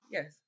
Yes